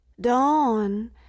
Dawn